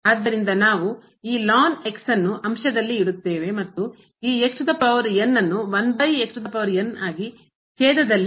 ಆದ್ದರಿಂದ ನಾವು ಈ ಮತ್ತು ಈ ಅನ್ನು ಆಗಿ ಛೇದದಲ್ಲಿ denominatorದಲ್ಲಿ